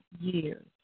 years